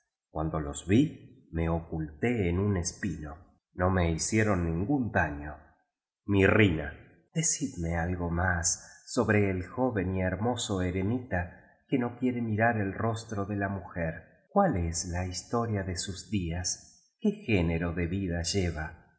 cuando los vi me oculté en un espino no me hicieron ningún daño mirrina decidme algo más sobre el joven y hermoso ere mita que no quiere mirar el rostro de la mujer cuál es la historia de sus dias qué género de vida lleva